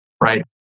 Right